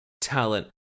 talent